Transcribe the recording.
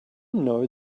know